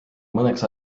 mõneks